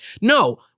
no